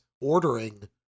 ordering